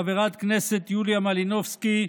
חברת הכנסת יוליה מלינובסקי,